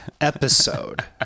episode